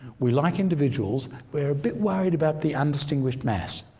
we like individuals we're a bit worried about the undistinguished mass.